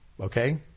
Okay